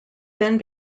then